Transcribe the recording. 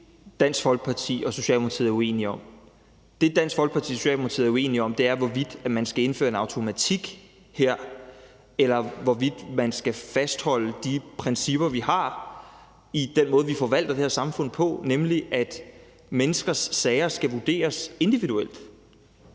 Dansk Folkeparti og Socialdemokratiet er uenige om. Det, Dansk Folkeparti og Socialdemokratiet er uenige om, er, hvorvidt man skal indføre en automatik her, eller hvorvidt man skal fastholde de principper, vi har for den måde, vi forvalter det her samfund på, nemlig at menneskers sager skal vurderes individuelt.